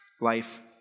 life